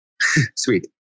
Sweet